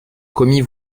commis